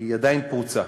עדיין פרוצה,